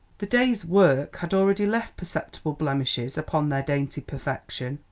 the day's work had already left perceptible blemishes upon their dainty perfection.